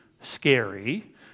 scary